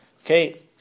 Okay